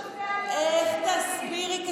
תסבירי?